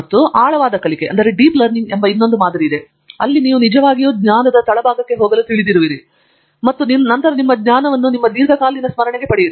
ಮತ್ತು ಆಳವಾದ ಕಲಿಕೆ ಎಂಬ ಇನ್ನೊಂದು ಮಾದರಿ ಇದೆ ಅಲ್ಲಿ ನೀವು ನಿಜವಾಗಿಯೂ ಜ್ಞಾನದ ಕೆಳಭಾಗಕ್ಕೆ ಹೋಗಲು ತಿಳಿದಿರುವಿರಿ ಮತ್ತು ನಂತರ ನಿಮ್ಮ ಜ್ಞಾನವನ್ನು ನಿಮ್ಮ ದೀರ್ಘಕಾಲೀನ ಸ್ಮರಣೆಗೆ ಪಡೆಯಿರಿ